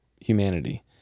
humanity